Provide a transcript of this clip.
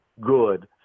good